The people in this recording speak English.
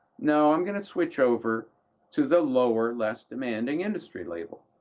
no, i'm going to switch over to the lower, less demanding industry label.